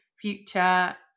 future